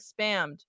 spammed